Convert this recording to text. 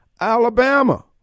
Alabama